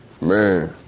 Man